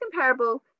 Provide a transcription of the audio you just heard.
comparable